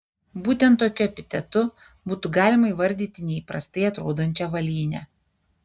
būtent tokiu epitetu būtų galima įvardyti neįprastai atrodančią avalynę